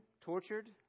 tortured